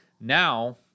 Now